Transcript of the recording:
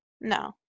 No